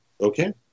Okay